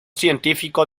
científico